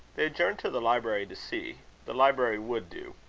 they adjourned to the library to see. the library would do.